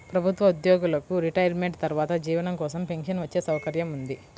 ప్రభుత్వ ఉద్యోగులకు రిటైర్మెంట్ తర్వాత జీవనం కోసం పెన్షన్ వచ్చే సౌకర్యం ఉంది